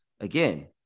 again